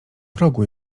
progu